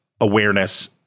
awareness